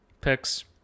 Picks